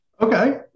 Okay